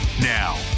Now